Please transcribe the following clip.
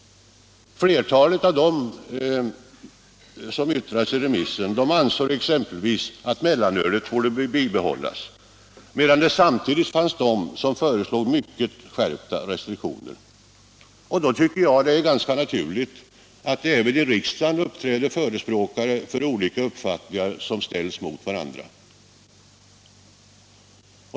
Flertalet av dem som yttrade sig i remissen ansåg exempelvis att mellanölet borde behållas, medan det samtidigt fanns de som föreslog mycket skärpta restriktioner. Då är det ganska naturligt att det även i riksdagen uppträder förespråkare för olika uppfattningar som ställs emot varandra.